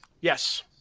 Yes